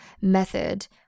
method